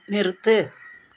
நிறுத்து